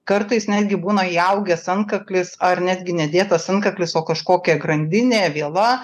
kartais netgi būna įaugęs antkaklis ar netgi nedėtas antkaklis o kažkokia grandinė viela